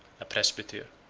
a presbyter,